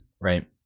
right